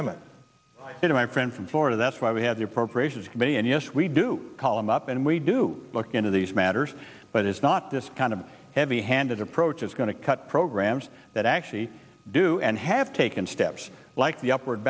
that my friend from florida that's why we have the appropriations committee and yes we do call them up and we do look into these matters but it's not this kind of heavy handed approach is going to cut programs that actually do and have taken steps like the upward